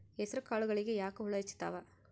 ಹೆಸರ ಕಾಳುಗಳಿಗಿ ಯಾಕ ಹುಳ ಹೆಚ್ಚಾತವ?